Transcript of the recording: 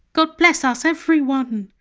god bless us, every one,